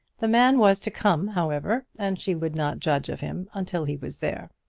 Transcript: the man was to come, however, and she would not judge of him until he was there.